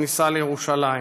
בכניסה לירושלים.